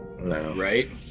Right